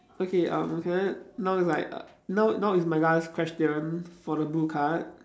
okay um can I now is like now now is my last question for the blue card